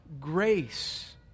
grace